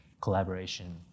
collaboration